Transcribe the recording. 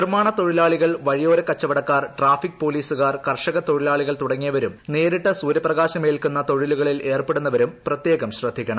നിർമാണ തൊഴിലാളികൾ വഴിയോര കച്ചവടക്കാർ ട്രാഫിക് പോലീസുകാർ കർഷക തൊഴിലാളികൾ തുടങ്ങിയവരും നേരിട്ട് സൂര്യപ്രകാശം ഏൽക്കുന്ന തൊഴിലുകളിൽ ഏർപ്പെടുന്നവരും പ്രത്യേകം ശ്രദ്ധിക്കണം